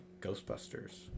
Ghostbusters